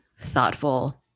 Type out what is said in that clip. thoughtful